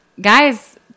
Guys